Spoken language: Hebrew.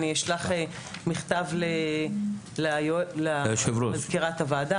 אני אשלח מכתב למזכירת הוועדה,